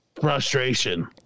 frustration